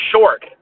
short